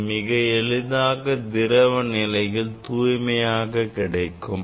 இது மிக எளிதாக திரவ நிலையில் தூய்மையாக கிடைக்கும்